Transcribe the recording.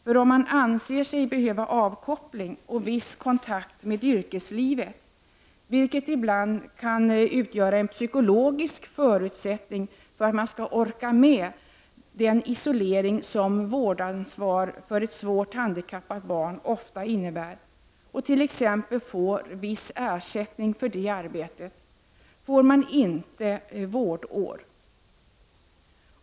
För om man anser sig behöva avkoppling och viss kontakt med yrkeslivet, vilket ibland kan utgöra en psykologisk förutsättning för att man skall orka med den isolering som vårdansvar för ett svårt handikappat barn ofta innebär och t.ex. får viss ersättning för det arbetet, får man inte tillgodoräkna sig vårdår för den tiden.